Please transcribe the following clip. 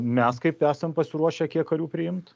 mes kaip esam pasiruošę kiek karių priimt